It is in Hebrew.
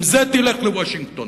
עם זה תלך לוושינגטון.